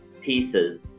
pieces